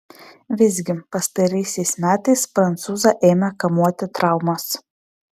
visgi pastaraisiais metais prancūzą ėmė kamuoti traumos